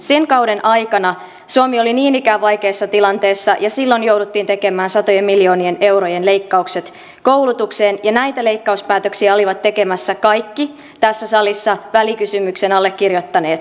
sen kauden aikana suomi oli niin ikään vaikeassa tilanteessa ja silloin jouduttiin tekemään satojen miljoonien eurojen leikkaukset koulutukseen ja näitä leikkauspäätöksiä olivat tekemässä kaikki tässä salissa välikysymyksen allekirjoittaneet puolueet